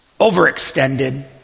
overextended